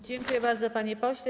Dziękuję bardzo, panie pośle.